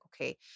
okay